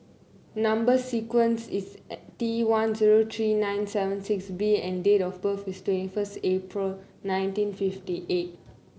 number sequence is T one zero three two nine seven six B and date of birth is twenty first April nineteen fifty eight